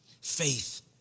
Faith